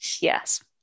yes